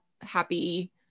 happy